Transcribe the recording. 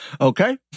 Okay